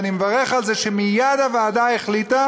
ואני מברך על זה שמייד הוועדה החליטה